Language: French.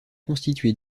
constitué